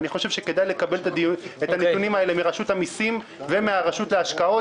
אני חושב שכדאי לקבל את הנתונים האלה מרשות המסים ומן הרשות להשקעות,